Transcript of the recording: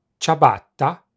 ciabatta